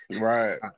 Right